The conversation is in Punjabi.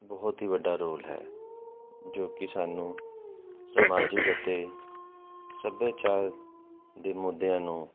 ਬਹੁਤ ਹੀ ਵੱਡਾ ਰੋਲ ਹੈ ਜੋ ਕਿ ਸਾਨੂੰ ਸਮਾਜਿਕ ਅਤੇ ਸਭਿਆਚਾਰ ਦੇ ਮੁੱਦਿਆਂ ਨੂੰ